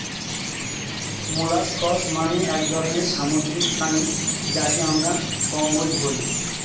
molluscs মানে এক ধরনের সামুদ্রিক প্রাণী যাকে আমরা কম্বোজ বলি